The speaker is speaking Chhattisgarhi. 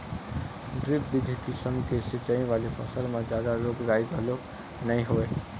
ड्रिप बिधि किसम के सिंचई वाले फसल म जादा रोग राई घलोक नइ होवय